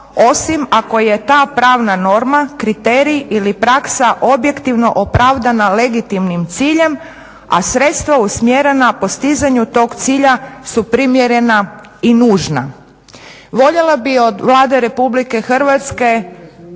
osim ako je ta pravna norma kriterij ili praksa objektivno opravdana legitimnim ciljem, a sredstva usmjerena postizanju tog cilja su primjerena i nužna. Voljela bih od Vlade RH dobiti